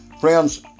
friends